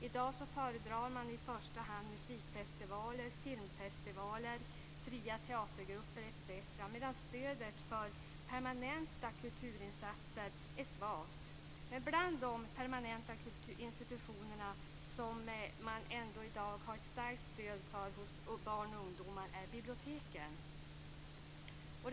I dag föredrar man i första hand musikfestivaler, filmfestivaler, fria teatergrupper etc., medan stödet för permanenta kulturinsatser är svagt. Men bland de permanenta institutionerna, som det i dag ändå finns ett starkt stöd för hos barn och ungdomar, är biblioteken.